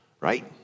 Right